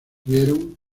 tuvieron